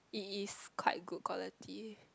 it is quite good quality